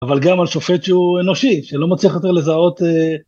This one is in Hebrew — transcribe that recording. אבל גם על שופט שהוא אנושי, שלא מצליח יותר לזהות...